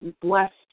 blessed